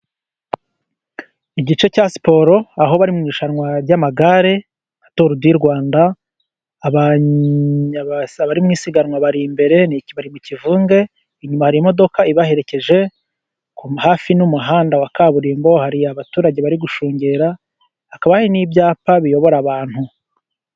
Igice cya siporo, aho bari mu irushanwa ry'amagare nka turu di Rwanda. Abari mu isiganwa bari imbere, bari mu kivunge, inyuma hari imodoka ibaherekeje, hafi n'umuhanda wa kaburimbo, hari abaturage bari gushungera, hakaba hari n'ibyapa biyobora abantu.